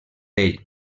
ell